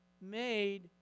made